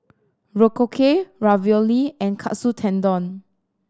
Korokke Ravioli and Katsu Tendon